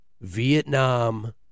Vietnam